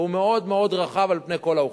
והוא מאוד רחב על פני כל האוכלוסייה.